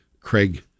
Craig